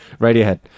radiohead